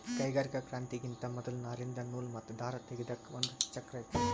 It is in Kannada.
ಕೈಗಾರಿಕಾ ಕ್ರಾಂತಿಗಿಂತಾ ಮೊದಲ್ ನಾರಿಂದ್ ನೂಲ್ ಮತ್ತ್ ದಾರ ತೇಗೆದಕ್ ಒಂದ್ ಚಕ್ರಾ ಇತ್ತು